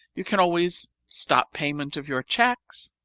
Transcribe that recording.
you can always stop payment of your cheques.